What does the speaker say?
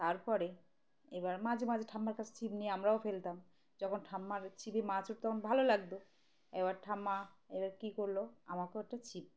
তারপরে এবার মাঝে মাঝে ঠাম্মার কাছ ছিপ নিয়ে আমরাও ফেলতাম যখন ঠাম্মার ছিপে মাছ উঠতো তখন ভালো লাগতো এবার ঠাম্মা এবার কী করলো আমাকেও একটা ছিপ